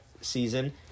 season